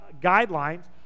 guidelines